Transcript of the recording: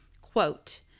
quote